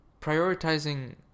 prioritizing